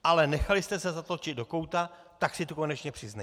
Ale nechali jste se zatlačit do kouta, tak si to konečně přiznejte.